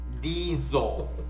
Diesel